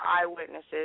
eyewitnesses